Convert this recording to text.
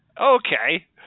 Okay